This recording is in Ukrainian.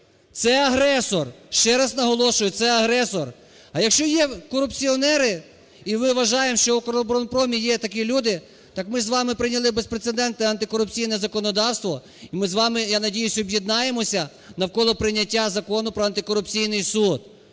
це агресор, ще раз наголошую, це агресор. А, якщо є корупціонери і, ми вважаємо, що "Укроборонпром" і такі люди, так ми з вами прийняли безпрецедентне антикорупційне законодавство і ми з вами, я надіюсь, об'єднаємося навколо прийняття Закону про антикорупційний суд.